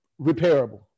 repairable